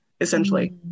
essentially